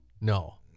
No